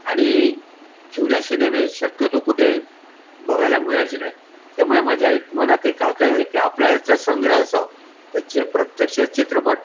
आणि जुने सिनेमे शक्यतो कुठे बघायला मिळायचे नाही त्यामुळे माझ्या एक मनात एक का की आपला ह्याचा संग्रह असावा त्याचे प्रत्यक्ष चित्रपट